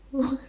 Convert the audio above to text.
!wow!